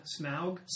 Smaug